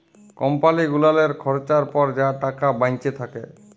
কম্পালি গুলালের খরচার পর যা টাকা বাঁইচে থ্যাকে